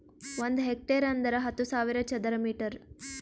ಒಂದ್ ಹೆಕ್ಟೇರ್ ಅಂದರ ಹತ್ತು ಸಾವಿರ ಚದರ ಮೀಟರ್